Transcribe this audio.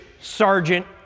Sergeant